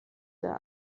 der